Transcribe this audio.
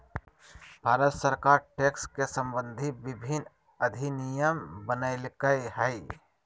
भारत सरकार टैक्स से सम्बंधित विभिन्न अधिनियम बनयलकय हइ